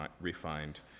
refined